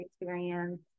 experience